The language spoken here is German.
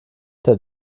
der